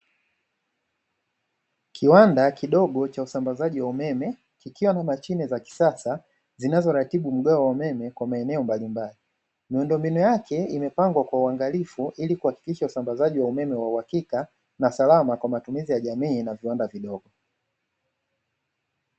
Kiwanda kidogo cha usambazaji wa umeme kikiwa na mashine za kisasa, zinazoratibu uwepo wa umeme katika maeneo mbalimbali, miundo mbinu yake imepangwa kwa uangalifu ili kuhakikisha usambazaji wa umeme ulio salama na matumizi ya jamii na viwanda vidogo.